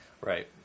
Right